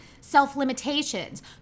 self-limitations